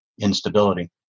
instability